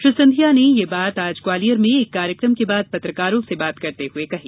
श्री सिंधिया ने यह बात आज ग्वालियर में एक कार्यक्रम के बाद पत्रकारों से बात करते हुए कही